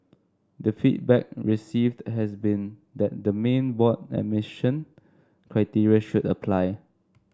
the feedback received has been that the main board admission criteria should apply